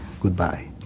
goodbye